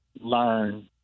learn